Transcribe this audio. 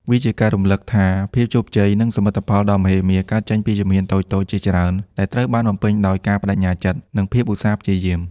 វាជាការរំលឹកថា ភាពជោគជ័យ និងសមិទ្ធផលដ៏មហិមា កើតចេញពីជំហានតូចៗជាច្រើនដែលត្រូវបានបំពេញដោយការប្តេជ្ញាចិត្ត និងភាពឧស្សាហ៍ព្យាយាម។